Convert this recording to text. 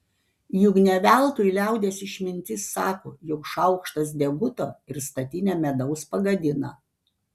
juk ne veltui liaudies išmintis sako jog šaukštas deguto ir statinę medaus pagadina